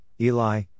Eli